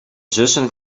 zussen